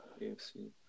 AFC